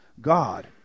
God